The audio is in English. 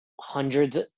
hundreds